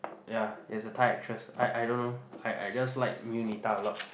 ya is a Thai actress I I don't know I I just like Mew Nitha a lot